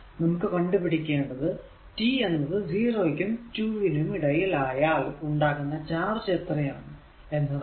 നമുക്ക് കണ്ടുപിടിക്കേണ്ടത് t എന്നത് 0 ക്കും 2 നും ഇടയിൽ ആയാൽ ഉണ്ടാകുന്ന ചാർജ് എത്രയാണ് എന്നതാണ്